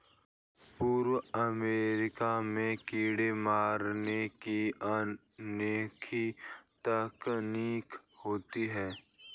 पूर्वी अमेरिका में कीड़े मारने की अनोखी तकनीक होती है